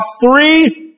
three